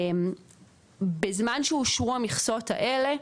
בזמן שאושרו המכסות האלה,